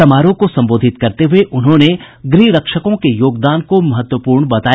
समरोह को संबोधित करते हुए उन्होंने गृह रक्षकों के योगदान को महत्वपूर्ण बताया